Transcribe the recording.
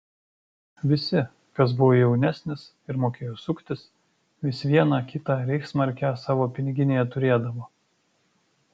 visi kas buvo jaunesnis ir mokėjo suktis vis vieną kitą reichsmarkę savo piniginėje turėdavo